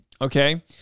Okay